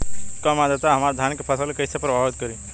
कम आद्रता हमार धान के फसल के कइसे प्रभावित करी?